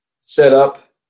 setup